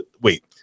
wait